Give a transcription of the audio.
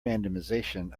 randomization